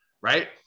Right